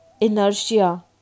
inertia